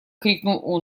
крикнул